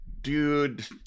dude